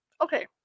okay